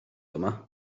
yma